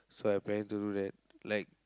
so I planning to do that like